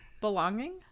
belonging